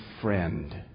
friend